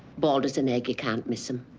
bald as an egg. you can't miss him.